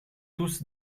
tous